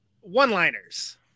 One-liners